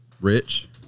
Rich